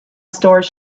store